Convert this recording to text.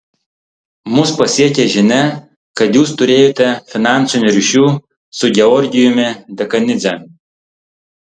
mus pasiekė žinia kad jūs turėjote finansinių ryšių su georgijumi dekanidze